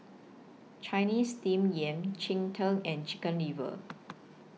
Chinese Steamed Yam Cheng Tng and Chicken Liver